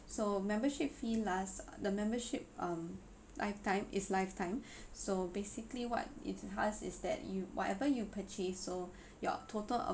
so membership fee lasts uh the membership um lifetime is lifetime so basically what it has is that you whatever you purchase so your total